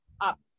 up